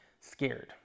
scared